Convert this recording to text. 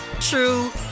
true